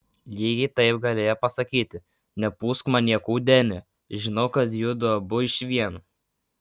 lygiai taip galėjo pasakyti nepūsk man niekų deni žinau kad judu abu išvien